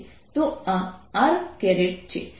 તો આ r છે